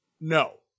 no